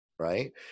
right